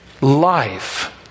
life